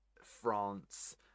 France